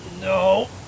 No